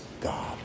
God